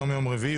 היום יום רביעי,